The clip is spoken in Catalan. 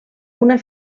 una